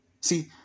see